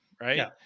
right